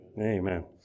Amen